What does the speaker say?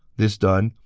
this done,